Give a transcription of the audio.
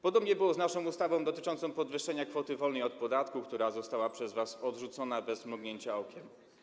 Podobnie było z naszą ustawą dotyczącą podwyższenia kwoty wolnej od podatku, która została przez was odrzucona bez mrugnięcia okiem.